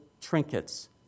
trinkets